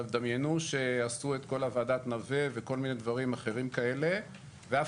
דמיינו שעשו את כל ועדת נווה וכל מיני דברים אחרים כאלה ואף